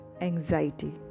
anxiety